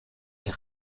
est